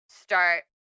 start